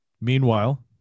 meanwhile